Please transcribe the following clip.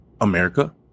America